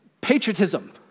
Patriotism